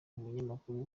umunyamakuru